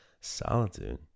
Solitude